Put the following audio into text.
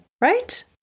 right